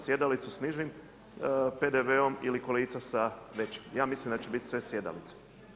Sjedalicu s nižim PDV-om ili kolica sa većim, ja mislim da će biti sve sjedalice.